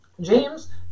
James